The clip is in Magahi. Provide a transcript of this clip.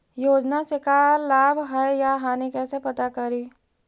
योजना से का लाभ है या हानि कैसे पता करी?